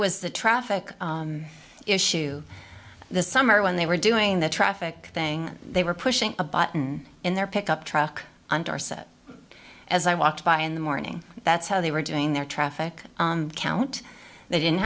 was the traffic issue this summer when they were doing the traffic thing they were pushing a button in their pickup truck as i walked by in the morning that's how they were doing their traffic count they didn't